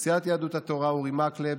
מסיעת יהדות התורה: אורי מקלב,